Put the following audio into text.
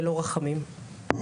ולא רחמים.